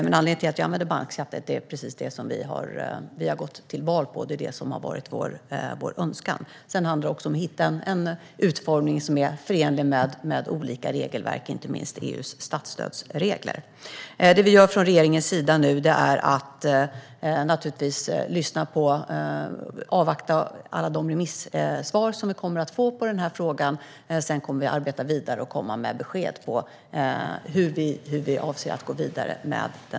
Jag använder ordet bankskatt eftersom det är precis det vi har gått till val på. Det är det som har varit vår önskan. Det gäller också att hitta en utformning som är förenlig med olika regelverk, inte minst EU:s statsstödsregler. Regeringen avvaktar nu alla remissvar i frågan. Sedan kommer vi att arbeta vidare och komma med besked om hur vi avser att gå vidare.